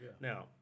Now